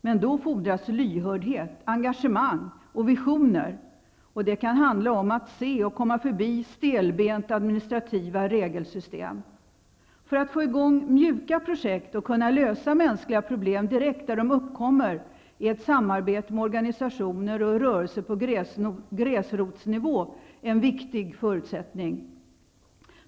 Men då fordras lyhördhet, engagemang och visioner. Det kan handla om att se och komma förbi stelbenta administrativa regelsystem. För att få i gång mjuka projekt och kunna lösa mänskliga problem direkt där de uppkommer är ett samarbete med organisationer och rörelser på gräsrotsnivå en viktig förutsättning.